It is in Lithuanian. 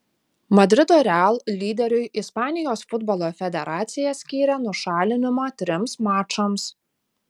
madrido real lyderiui ispanijos futbolo federacija skyrė nušalinimą trims mačams